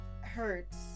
hurts